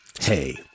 hey